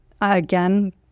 again